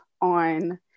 on